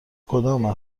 کدام